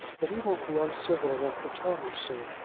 but he won't be uncivil enough to tell me so,